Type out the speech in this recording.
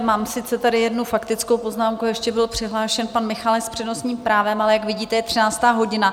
Mám sice tady jednu faktickou poznámku, ještě byl přihlášen pan Michálek s přednostním právem, ale jak vidíte, je 13. hodina.